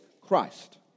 Christ